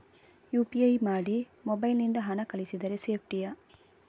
UPI ಮಾಡಿ mobile ನಿಂದ ಹಣ ಕಳಿಸಿದರೆ ಸೇಪ್ಟಿಯಾ?